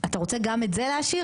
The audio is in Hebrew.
אתה רוצה גם את זה להשאיר?